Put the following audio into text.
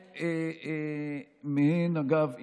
אגב,